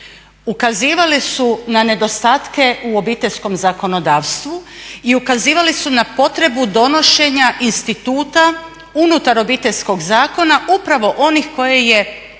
ukazivali su na nedostatke u obiteljskom zakonodavstvu i ukazivali su na potrebu donošenja instituta unutar Obiteljskog zakona upravo onih koje je propisao,